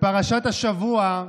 בפרשת השבוע,